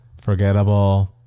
forgettable